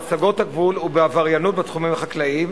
בהסגות הגבול ובעבריינות בתחומים החקלאיים,